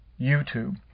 YouTube